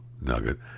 nugget